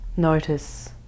Notice